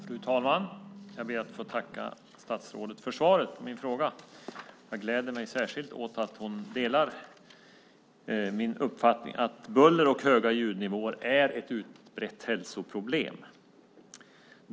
Fru talman! Jag ber att få tacka statsrådet för svaret på min interpellation. Jag gläder mig särskilt åt att hon delar min uppfattning att buller och höga ljudnivåer är ett utbrett hälsoproblem.